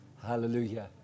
Hallelujah